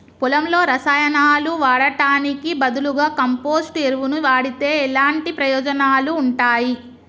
పొలంలో రసాయనాలు వాడటానికి బదులుగా కంపోస్ట్ ఎరువును వాడితే ఎలాంటి ప్రయోజనాలు ఉంటాయి?